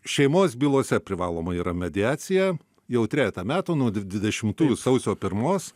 šeimos bylose privaloma yra mediacija jau trejetą metų nuo dvidešimtųjų sausio pirmos